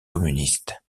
communistes